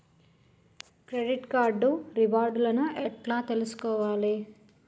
Credit card reward లను ఎట్ల తెలుసుకోవాలే?